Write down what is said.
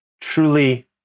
truly